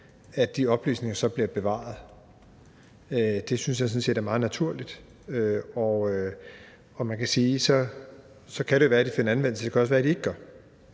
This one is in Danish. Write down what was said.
de oplysninger bevaret. Det synes jeg sådan set er meget naturligt. Og man kan sige, at så kan det være, at de finder anvendelse, og det kan også være, at de ikke gør.